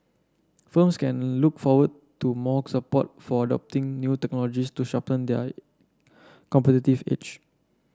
firms can look forward to more support for adopting new technologies to sharpen their competitive edge